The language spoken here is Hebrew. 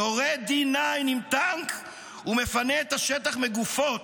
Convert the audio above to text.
יורד D9 עם טנק ומפנה את השטח מגופות,